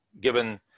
given